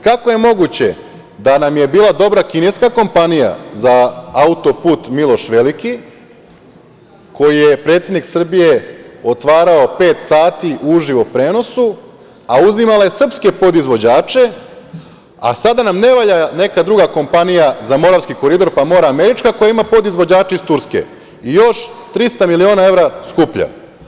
Kako je moguće da nam je bila dobra kineska kompanija za autoput „Miloš Veliki“ koji je predsednik Srbije otvarao pet sati uživo u prenosu, a uzimala je srpske podizvođače, a sada nam ne valja neka druga kompanija za Moravski koridor, pa mora američka, koja ima podizvođače iz Turske i još 300 miliona evra skuplja?